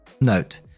Note